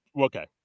okay